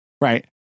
Right